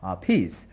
peace